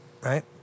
right